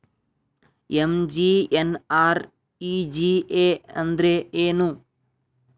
MGNREGA ಅಂದ್ರೆ ಏನು?